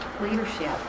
leadership